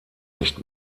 nicht